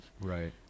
Right